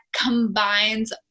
combines